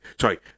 sorry